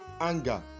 Anger